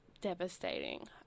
devastating